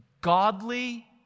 godly